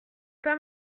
pas